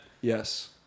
Yes